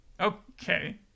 okay